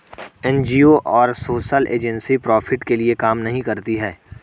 NGO और social agency profit के लिए काम नहीं करती है